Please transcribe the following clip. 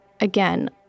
Again